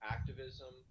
Activism